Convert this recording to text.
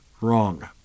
wrong